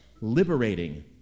liberating